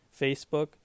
Facebook